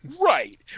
right